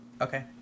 Okay